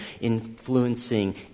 influencing